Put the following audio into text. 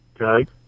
okay